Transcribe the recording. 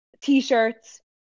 T-shirts